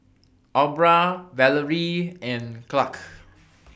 Aubra Valorie and Clarke